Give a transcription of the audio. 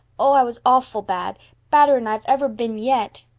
oh, i was awful bad badder'n i've ever been yet.